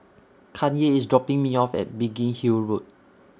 Kanye IS dropping Me off At Biggin Hill Road